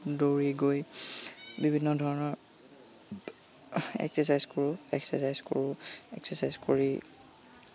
দৌৰি গৈ বিভিন্ন ধৰণৰ এক্সেৰ্চাইজ কৰোঁ এক্সেৰ্চাইজ কৰোঁ এক্সেৰ্চাইজ কৰি